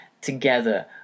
together